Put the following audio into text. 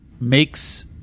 makes